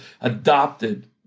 adopted